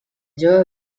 jove